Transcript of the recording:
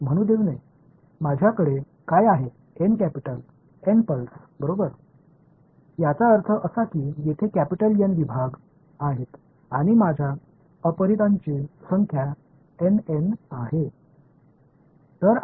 என்னிடம் Nகேப்பிடல் N pulses வகைகள் உள்ளன அதாவது இங்கு Nகேப்பிடல் பிரிவுகள் உள்ளன மற்றும் எனது அறியப்படாத எண்ணிக்கை N N